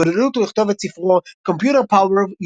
ועודדו אותו לכתוב את ספרו Computer Power and